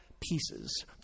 pieces